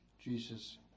Jesus